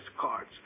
cards